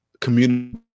community